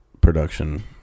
production